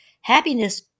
happiness